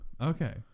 Okay